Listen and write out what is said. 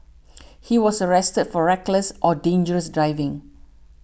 he was arrested for reckless or dangerous driving